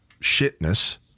shitness